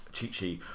Chi-Chi